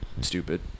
stupid